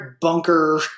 bunker